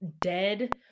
dead